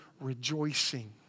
rejoicing